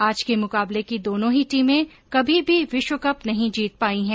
आज के मुकाबले की दोनो ही टीमे कभी भी विश्वकप नहीं जीत पाई है